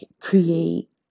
create